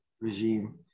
regime